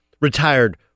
retired